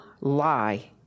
lie